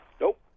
Nope